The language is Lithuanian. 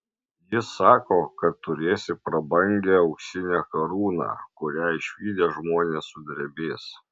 jis sako kad turėsi prabangią auksinę karūną kurią išvydę žmonės sudrebės